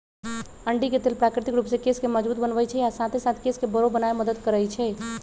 अंडी के तेल प्राकृतिक रूप से केश के मजबूत बनबई छई आ साथे साथ केश के बरो बनावे में मदद करई छई